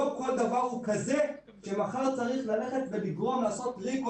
לא כל דבר הוא כזה שמחר צריך ללכת ולגרום לעשות recall,